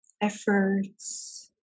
efforts